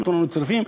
נתנו לנו צריפים.